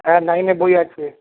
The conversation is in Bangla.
হ্যাঁ নাইনের বই আছে